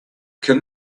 can